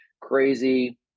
crazy